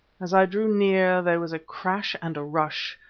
as i drew near, there was a crash and a rush.